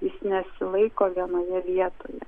jis nesilaiko vienoje vietoje